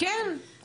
כן.